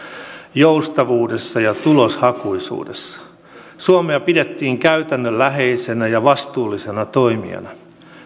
joustavuudessa ja tuloshakuisuudessa suomea pidettiin käytännönläheisenä ja vastuullisena toimijana